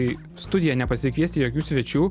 į studiją ne pasikviesti jokių svečių